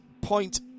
point